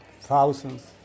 thousands